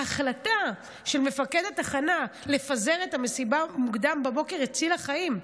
ההחלטה של מפקד התחנה לפזר את המסיבה מוקדם בבוקר הצילה חיים.